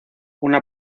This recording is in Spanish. una